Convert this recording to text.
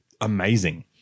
amazing